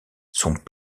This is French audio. sont